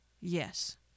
Yes